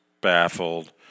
baffled